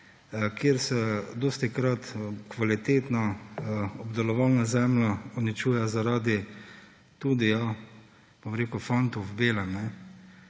kjer se dostikrat kvalitetna obdelovalna zemlja uničuje zaradi tudi, ja, fantov v belem